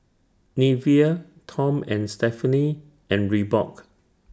Nivea Tom and Stephanie and Reebok